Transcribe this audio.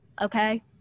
Okay